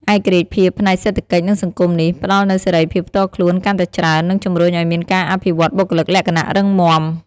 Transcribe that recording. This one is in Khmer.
ឯករាជ្យភាពផ្នែកសេដ្ឋកិច្ច និងសង្គមនេះ ផ្ដល់នូវសេរីភាពផ្ទាល់ខ្លួនកាន់តែច្រើន និងជំរុញឱ្យមានការអភិវឌ្ឍបុគ្គលិកលក្ខណៈរឹងមាំ។